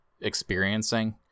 experiencing